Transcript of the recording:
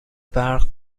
برق